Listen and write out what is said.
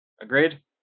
Agreed